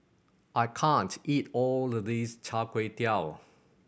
I can't eat all of this Char Kway Teow